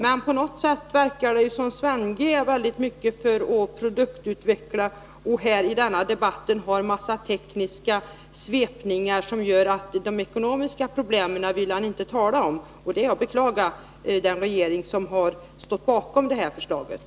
Men på något sätt verkar det som om Sven Andersson är mycket angelägen om att produktutveckla. Här i debatten har han använt en mängd svepande tekniska uttryck och undvikit att tala om problemen. Det är att beklaga den regering som står bakom det här förslaget.